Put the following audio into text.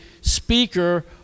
speaker